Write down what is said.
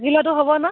জিলাটো হ'ব ন